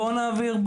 בוא נעביר,